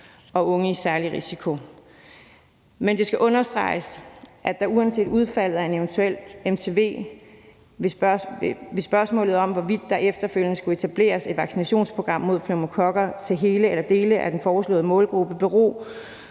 og unge i særlig risiko. Men det skal understreges, at uanset udfaldet af en eventuel MTV vil spørgsmålet om, hvorvidt der efterfølgende vil skulle etableres et vaccinationsprogram mod pneumokokker til hele eller dele af den foreslåede målgruppe, bero